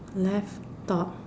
left top